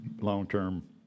long-term